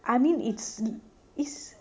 I mean it's it's